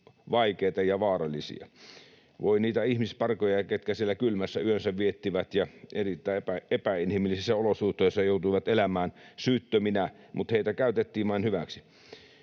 vaikeita ja vaarallisia. Voi niitä ihmisparkoja, ketkä siellä kylmässä yönsä viettivät ja erittäin epäinhimillisissä olosuhteissa joutuivat elämään syyttöminä, mutta heitä käytettiin vain hyväksi.